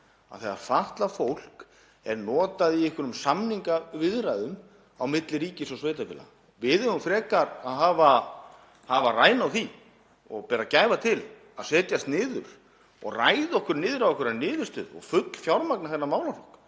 þegar fatlað fólk er notað í einhverjum samningaviðræðum á milli ríkis og sveitarfélaga. Við eigum frekar að hafa rænu á því og bera gæfu til að setjast niður og ræða okkur niður á einhverja niðurstöðu og fullfjármagna þennan málaflokk.